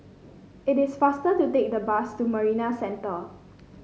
it is faster to take the bus to Marina Centre